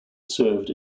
served